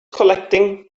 collecting